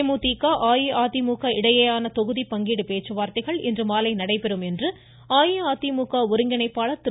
தேமுதிக அஇஅதிமுக தேமுதிக இடையேயான தொகுதி பங்கீடு பேச்சுவார்த்தைகள் இன்றுமாலை நடைபெறும் என்று அஇஅதிமுக ஒருங்கிணைப்பாளர் திரு